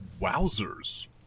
wowzers